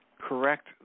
correct